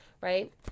right